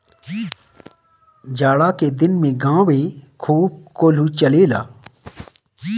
जाड़ा के दिन में गांवे खूब कोल्हू चलेला